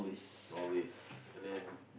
always and then